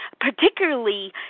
particularly